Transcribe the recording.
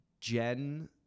Gen